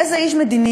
איזה איש מדיניות,